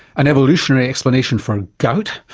an evolutionary explanation for gout.